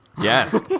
Yes